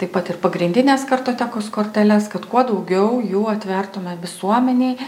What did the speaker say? taip pat ir pagrindinės kartotekos korteles kad kuo daugiau jų atvertume visuomenei